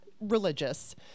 religious